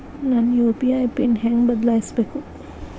ನನ್ನ UPI PIN ಹೆಂಗ್ ಬದ್ಲಾಯಿಸ್ಬೇಕು?